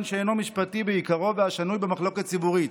שאינו משפטי בעיקרו והשנוי במחלוקת ציבורית".